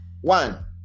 One